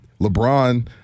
LeBron